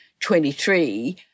23